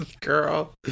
Girl